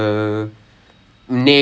ya அதே தான்:athae thaan